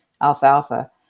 alfalfa